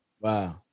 Wow